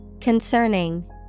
Concerning